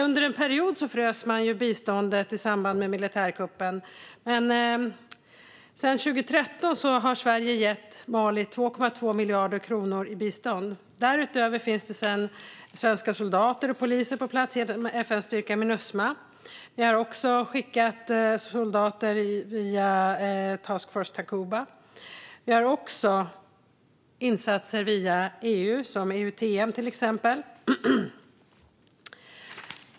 Under en period i samband med militärkuppen frös man biståndet, men sedan 2013 har Sverige gett Mali 2,2 miljarder kronor i bistånd. Därutöver finns det sedan 2014 svenska soldater och poliser på plats genom FN-styrkan Minusma. Sverige har också skickat soldater via Task Force Takuba och deltar i insatser via EU, till exempel EUTM.